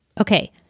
Okay